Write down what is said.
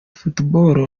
football